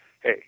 hey